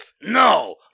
No